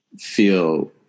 feel